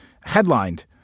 Headlined